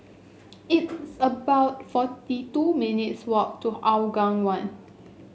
it's about forty two minutes' walk to Hougang One